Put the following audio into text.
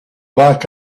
back